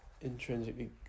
intrinsically